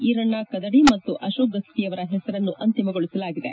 ಈರಣ್ಣ ಕದಡಿ ಮತ್ತು ಅಶೋಕ ಗುತ್ತಿ ಅವರ ಹೆಸರನ್ನು ಅಂತಿಮಗೊಳಿಸಲಾಗಿದೆ